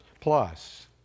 Plus